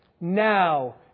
now